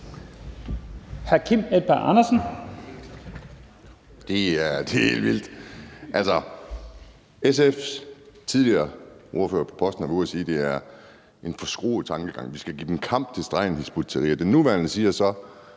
Det er helt vildt. SF's tidligere ordfører på posten har været ude at sige, at det er en forskruet tankegang, at vi skal give Hizb ut-Tahrir kamp til stregen. Den nuværende siger så,